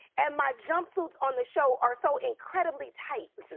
and my jump suits on the show are so incredibly tight.